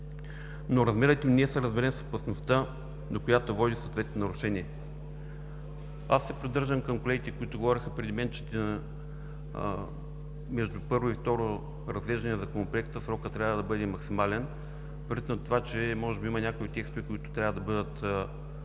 но размерът им не е съобразен с опасността, до която води съответното нарушение. Аз се придържам към колегите, които говориха преди мен, че между първо и второ разглеждане на Законопроекта срокът трябва да бъде максимален предвид на това, че може да има някои текстове, които трябва да бъдат